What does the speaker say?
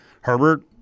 Herbert